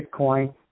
Bitcoin